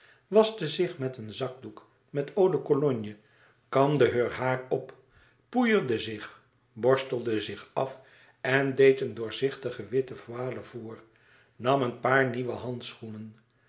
waschte zich met een zakdoek met eau de cologne kamde heur haar op poeierde zich borstelde zich af en deed een doorzichtige witte voile voor nam een paar nieuwe handschoenen